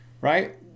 right